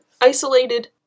isolated